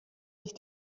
sich